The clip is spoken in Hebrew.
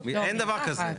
אין דבר כזה.